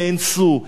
נאנסו,